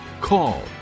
call